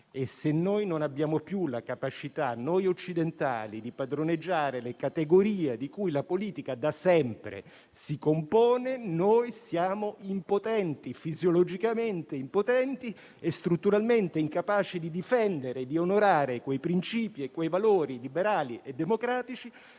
occidentali non abbiamo più la capacità di padroneggiare le categorie di cui la politica da sempre si compone siamo fisiologicamente impotenti e strutturalmente incapaci di difendere e di onorare quei principi e quei valori liberali e democratici